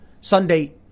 Sunday